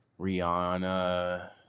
Rihanna